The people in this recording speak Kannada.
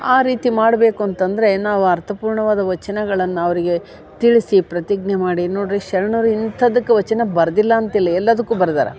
ಆ ರೀತಿ ಮಾಡಬೇಕು ಅಂತಂದರೆ ನಾವು ಅರ್ಥಪೂರ್ಣವಾದ ವಚನಗಳನ್ನ ಅವ್ರ್ಗೆ ತಿಳಿಸಿ ಪ್ರತಿಜ್ಞೆ ಮಾಡಿ ನೋಡ್ರೀ ಶರಣರು ಇಂಥದಕ್ಕೆ ವಚನ ಬರ್ದಿಲ್ಲ ಅಂತಿಲ್ಲ ಎಲ್ಲದುಕ್ಕು ಬರ್ದಿದಾರೆ